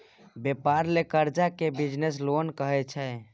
बेपार लेल करजा केँ बिजनेस लोन कहै छै